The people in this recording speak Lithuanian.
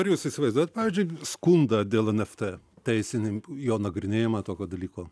ar jūs įsivaizduojat pavyzdžiui skundą dėl nft teisininkų jo nagrinėjimą tokio dalyko